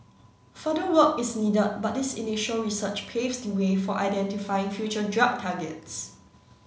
further work is needed but this initial research paves the way for identifying future drug targets